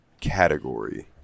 category